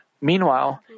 Meanwhile